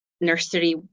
nursery